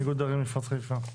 איגוד ערים מפרץ חיפה.